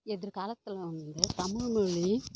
எதிர்காலத்தில் வந்து தமிழ்மொழி